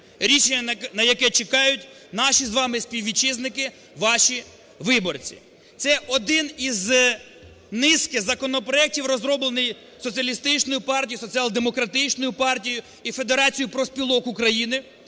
на яке чекають наші з вами співвітчизники, ваші виборці. Це один із низки законопроектів, розроблений Соціалістичною партією, Соціал-демократичною партією і Федерацією профспілок України,